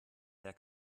der